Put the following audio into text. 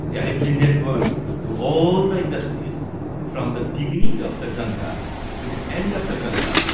television networks, to all the industries from the beginning of the ganga to the end of the ganga,